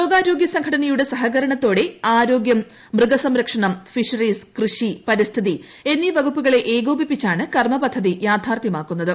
ലോകാരോഗ്യസംഘടന്ത്യുടെ സഹകരണത്തോടെ ആരോഗ്യം മൃഗസംരക്ഷണം ഫിഷറീസ് കൃഷി പരിസ്ഥിതി എന്നീ വകുപ്പുകളെ ഏകോപിപ്പിച്ചാണ് കർമ്മ പദ്ധതി യാഥാർത്ഥ്യമാക്കു ന്നത്